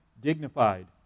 dignified